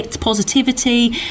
positivity